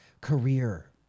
career